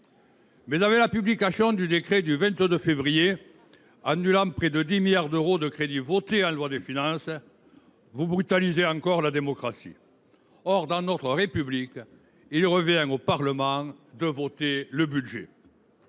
main. Avec la publication du décret du 22 février 2024 portant annulation de près de 10 milliards d’euros de crédits votés en loi de finances, vous brutalisez la démocratie ! Dans notre République, il revient en effet au Parlement de voter le budget.